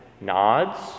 nods